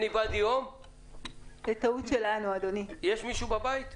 יש מישהו בבית?